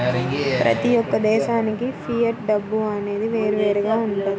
ప్రతి యొక్క దేశానికి ఫియట్ డబ్బు అనేది వేరువేరుగా వుంటది